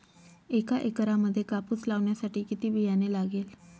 एका एकरामध्ये कापूस लावण्यासाठी किती बियाणे लागेल?